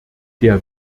der